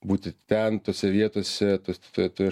būti ten tose vietose tos toj toje